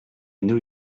new